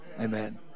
Amen